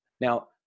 Now